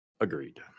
Agreed